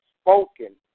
spoken